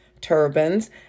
turbans